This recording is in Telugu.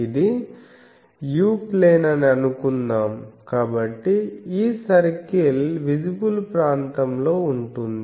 ఇది u ప్లేన్ అని అనుకుందాం కాబట్టి ఈ సర్కిల్ విజిబుల్ ప్రాంతం లోఉంటుంది